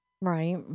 Right